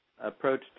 approach